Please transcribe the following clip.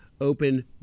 open